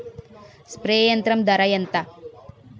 Spray యంత్రం ధర ఏంతా?